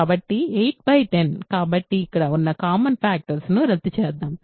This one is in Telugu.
కాబట్టి 8 10 కాబట్టి ఇక్కడ ఉన్న కామన్ ఫాక్టర్స్ ను రద్దు చేద్దాం